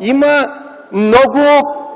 има много